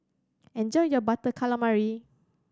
enjoy your Butter Calamari